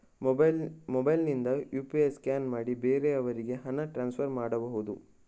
Mobile ನಿಂದ UPI scan ಮಾಡಿ ಬೇರೆಯವರಿಗೆ ಹಣ ಟ್ರಾನ್ಸ್ಫರ್ ಮಾಡಬಹುದ?